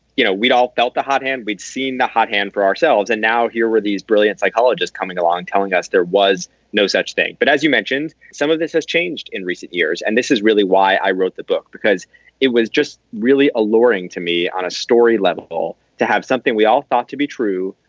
you know, we'd all felt the hot hand. we'd seen the hot hand for ourselves. and now here were these brilliant psychologists coming along telling us there was no such thing. but as you mentioned, some of this has changed in recent years. and this is really why i wrote the book, because it was just really alluring to me on a story level to have something we all thought to be true,